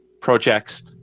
projects